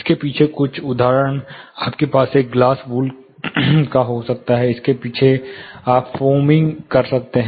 इसके पीछे कुछ उदाहरण आपके पास ग्लास वूल का हो सकता है इसके पीछे आप फोमिंग कर सकते हैं